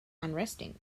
unresting